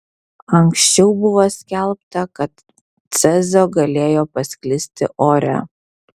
anksčiau buvo skelbta kad cezio galėjo pasklisti ore